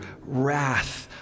wrath